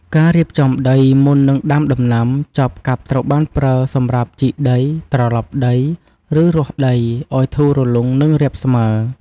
ការៀបចំដី មុននឹងដាំដំណាំ ចបកាប់ត្រូវបានប្រើសម្រាប់ ជីកដី ត្រឡប់ដី ឬ រាស់ដី ឱ្យធូររលុង និងរាបស្មើ។